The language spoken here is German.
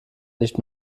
nicht